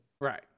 Right